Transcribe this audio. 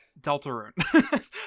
Deltarune